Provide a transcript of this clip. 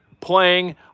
playing